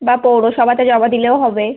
বা পৌরসভাতে জমা দিলেও হবে